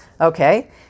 okay